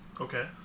Okay